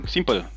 Simple